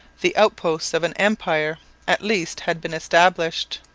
the outposts of an empire at least had been established.